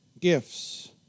gifts